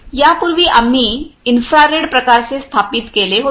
यापूर्वी आम्ही इन्फ्रारेड प्रकारचे स्थापित केले होते